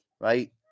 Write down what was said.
right